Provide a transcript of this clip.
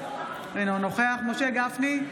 אינו נוכח משה גפני,